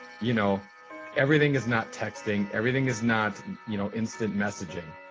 you know everything is not texting, everything is not, you know, instant messaging.